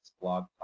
blog